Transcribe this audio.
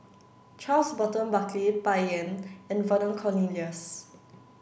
Charles Burton Buckley Bai Yan and Vernon Cornelius